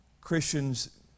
Christians